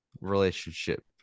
relationship